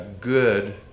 good